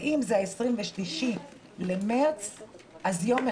זה יותר מהצעת החוק שלנו, שאנחנו אמורים לדון בה.